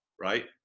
Right